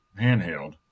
handheld